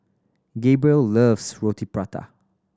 Gabriel loves Roti Prata